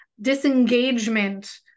disengagement